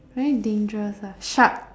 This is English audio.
very dangerous ah shark